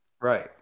Right